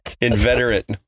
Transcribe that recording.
inveterate